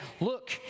look